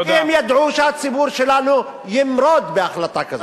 כי הם ידעו שהציבור הזה ימרוד בהחלטה כזאת.